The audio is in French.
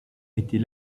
était